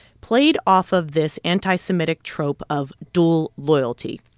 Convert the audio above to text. played off of this anti-semitic trope of dual loyalty,